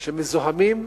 שמזוהמים ממוקשים: